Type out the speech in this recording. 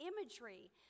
imagery